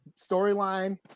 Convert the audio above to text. storyline